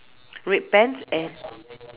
red pants and